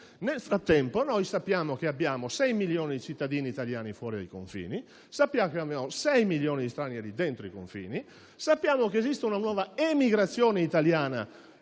Nel frattempo, sappiamo di avere sei milioni di cittadini italiani fuori dai confini e sei milioni di stranieri dentro i confini. Sappiamo che esiste una nuova emigrazione italiana